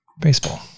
Baseball